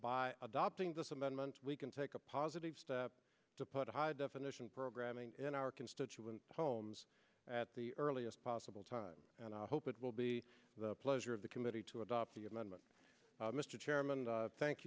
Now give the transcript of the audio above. by adopting this amendment we can take a positive step to put high definition programming in our constituent homes at the earliest possible time and i hope it will be the pleasure of the committee to adopt the amendment mr chairman thank